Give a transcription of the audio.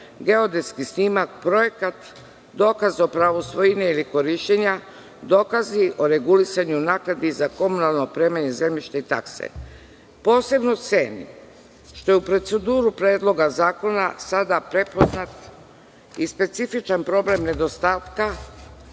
geodetski snimak, projekat, dokaz o pravu svojine ili korišćenja, dokazi o regulisanju naknadi za komunalno opremanje zemljišta i takse. Posebno cenim što je u proceduri Predloga zakona sada prepoznat i specifičan problem nedostatka